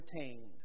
entertained